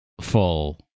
full